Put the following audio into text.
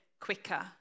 quicker